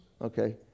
Okay